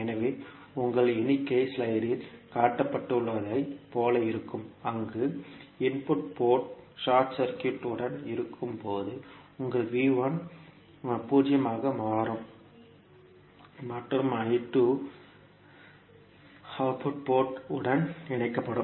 எனவே உங்கள் எண்ணிக்கை ஸ்லைடில் காட்டப்பட்டுள்ளதைப் போல இருக்கும் அங்கு இன்புட் போர்ட் ஷார்ட் சர்க்யூட் உடன் இருக்கும் போது உங்கள் 0 ஆக மாறும் மற்றும் அவுட்புட் போர்ட் உடன் இணைக்கப்படும்